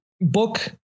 Book